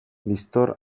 liztor